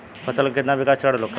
फसल के कितना विकास चरण होखेला?